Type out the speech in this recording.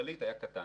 הכללית היה קטן.